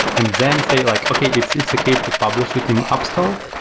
and then say like, okay, it's it's okay to publish it in app store.